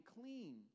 clean